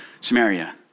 Samaria